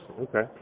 okay